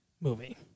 movie